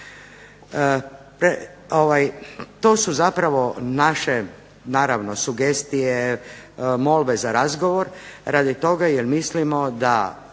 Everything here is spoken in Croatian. To su zapravo naše naravno sugestije, molbe za razgovor radi toga jer mislimo da